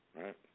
right